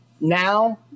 Now